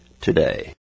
today